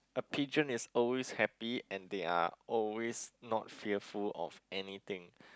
a pigeon is always happy and they are always not fearful of anything